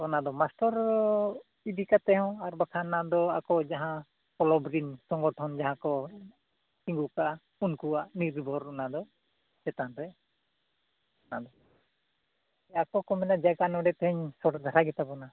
ᱚᱱᱟᱫᱚ ᱢᱟᱥᱴᱚᱨ ᱤᱫᱤ ᱠᱟᱛᱮᱫ ᱦᱚᱸ ᱟᱨ ᱵᱟᱠᱷᱟᱱ ᱚᱱᱟᱫᱚ ᱟᱠᱚ ᱡᱟᱦᱟᱸ ᱠᱞᱟᱵᱽ ᱨᱮᱱ ᱥᱚᱝᱜᱚᱴᱷᱚᱱ ᱡᱟᱦᱟᱸ ᱠᱚ ᱛᱤᱸᱜᱩ ᱠᱟᱜᱼᱟ ᱩᱱᱠᱩᱣᱟᱜ ᱱᱤᱨᱵᱷᱚᱨ ᱚᱱᱟᱫᱚ ᱪᱮᱛᱟᱱ ᱨᱮ ᱠᱟᱱᱟ ᱟᱠᱚ ᱠᱚ ᱢᱮᱱᱫᱟ ᱡᱟᱭᱜᱟ ᱛᱮᱦᱮᱧ ᱱᱚᱰᱮ ᱥᱳᱨᱴ ᱫᱷᱟᱨᱟ ᱜᱮᱛᱟ ᱵᱚᱱᱟ